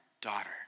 daughter